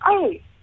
hey